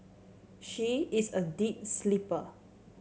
she is a deep sleeper